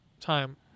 time